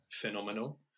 phenomenal